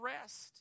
rest